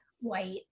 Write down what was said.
white